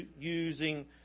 using